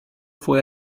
fuhr